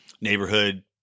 neighborhood